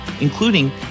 including